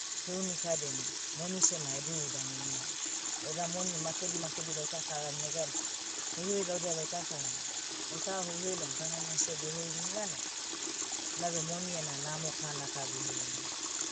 Heuni kad eini, moni seh ma edurudamu ma. Eda moni makedi makedi baita karam negad, hoihoi baita karam, baita hoihoi laim taunmanima seh behoim neganai, nabe moni ena namo kana tabe heuna.